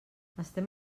estem